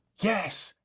yes,